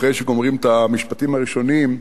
אחרי שגומרים את המשפטים הראשונים,